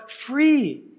free